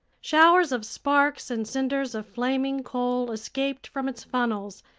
showers of sparks and cinders of flaming coal escaped from its funnels,